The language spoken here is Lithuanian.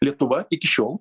lietuva iki šiol